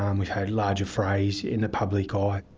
um we've had large affrays in the public ah eye.